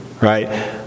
right